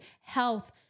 health